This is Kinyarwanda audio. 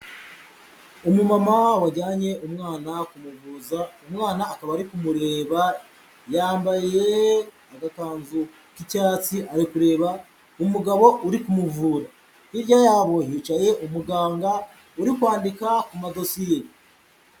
Umumama wajyanye umwana kumuvuza umwana akaba ari kumureba, yambaye agakwazu k'icyatsi ari kureba umugabo uri kumuvura hirya yabonye yicaye umuganga uri kwandika ku madosiye.